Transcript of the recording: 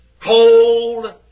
cold